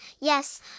yes